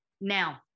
Now